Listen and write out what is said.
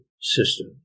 system